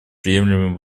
приемлемым